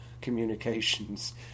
Communications